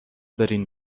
برین